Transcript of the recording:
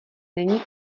není